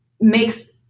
makes